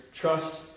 trust